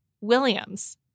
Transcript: Williams